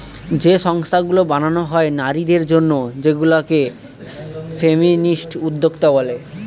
যে সংস্থাগুলো বানানো হয় নারীদের জন্য সেগুলা কে ফেমিনিস্ট উদ্যোক্তা বলে